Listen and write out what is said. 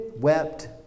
wept